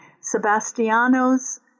Sebastiano's